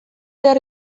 behar